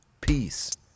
peace